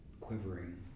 quivering